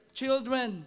children